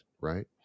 Right